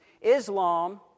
Islam